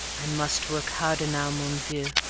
i must work harder now, mon vieux,